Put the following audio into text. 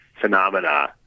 phenomena